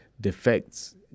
defects